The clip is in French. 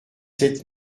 sept